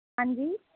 ਹਾਂਜੀ